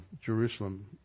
Jerusalem